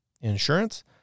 insurance